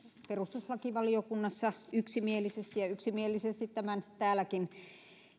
perustuslakivaliokunnassa yksimielisesti ja yksimielisesti tämän täälläkin